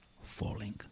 falling